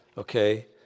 Okay